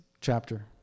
chapter